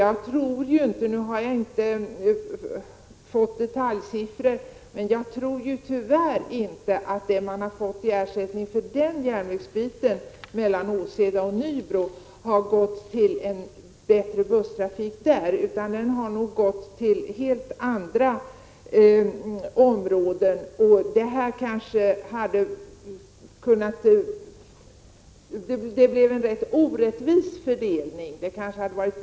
Nu har jag inte tillgång till några sifferuppgifter, men jag tror tyvärr inte att den ersättning som har utgått för den nedlagda järnvägssträckan mellan Åseda och Nybro har använts till att skapa en bättre busstrafik där, utan pengarna har nog gått till förbättringar på helt andra områden. Det blev en orättvis fördelning av pengarna.